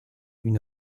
une